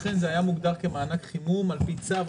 אכן זה היה מוגדר כמענק חימום על פי צו,